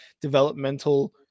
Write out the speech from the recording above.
developmental